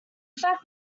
fact